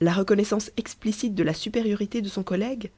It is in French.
la reconnaissance explicite de la supériorité de son collègue